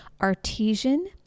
artesian